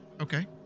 Okay